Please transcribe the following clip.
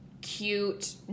cute